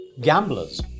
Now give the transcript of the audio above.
gamblers